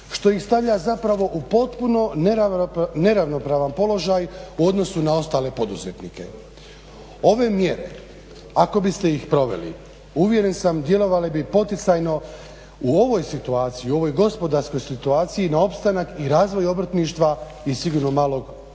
Što ih stavlja zapravo u potpuno neravnopravan položaj u odnosu na ostale poduzetnike. Ove mjere, ako biste ih proveli uvjeren sam djelovale bi poticajno u ovoj situaciji, u ovoj gospodarskoj situaciji na opstanak i razvoj obrtništva i sigurno malog